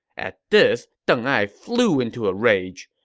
at this, deng ai flew into a rage.